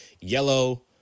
yellow